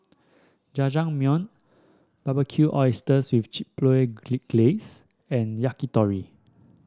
Jajangmyeon Barbecued Oysters with Chipotle Glaze and Yakitori